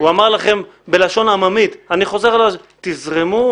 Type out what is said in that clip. הוא אמר לכם בלשון עממית, אני חוזר: תזרמו.